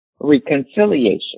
reconciliation